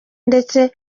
ndetse